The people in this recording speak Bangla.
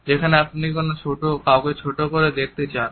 যেখানে আপনি কাউকে ছোট করে দেখতে চান